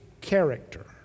character